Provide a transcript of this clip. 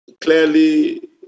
clearly